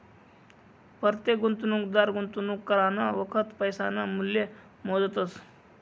परतेक गुंतवणूकदार गुंतवणूक करानं वखत पैसासनं मूल्य मोजतस